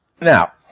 Now